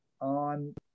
on